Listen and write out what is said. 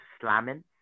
slamming